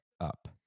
up